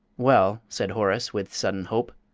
well, said horace, with sudden hope,